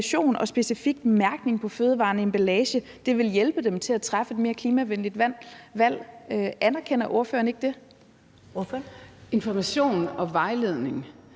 Information og vejledning